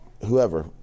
whoever